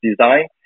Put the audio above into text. design